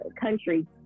country